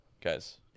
guys